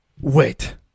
wait